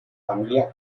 familia